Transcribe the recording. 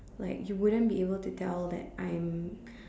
like you wouldn't be able to tell that I'm